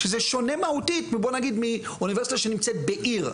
שזה שונה מהותית מאוניברסיטה שנמצאת בעיר,